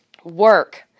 Work